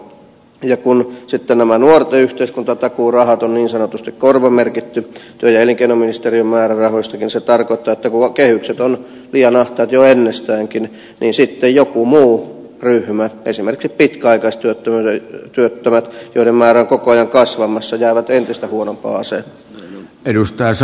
ja kun sitten nämä nuorten yhteiskuntatakuurahat on niin sanotusti korvamerkitty työ ja elinkeinoministeriön määrärahoista niin se tarkoittaa että kun kehykset ovat liian ahtaat jo ennestäänkin niin sitten joku muu ryhmä esimerkiksi pitkäaikaistyöttömät joiden määrä on koko ajan kasvamassa jää entistä huonompaan asemaan